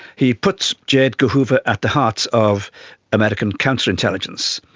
he put j edgar hoover at the heart of american counterintelligence.